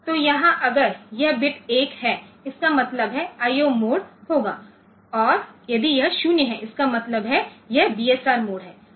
तो यहाँ अगर यह बिट 1 है इसका मतलब IO मोड होगा और यदि यह 0 है इसका मतलब है यह बीएसआर मोड है